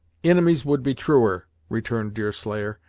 inimies would be truer, returned deerslayer,